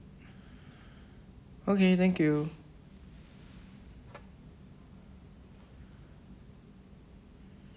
okay thank you